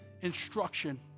instruction